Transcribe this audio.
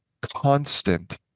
constant